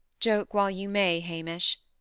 joke while you may, hamish,